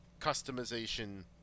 customization